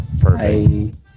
Perfect